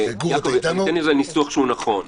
יעקב, ניתן לזה ניסוח שהוא נכון.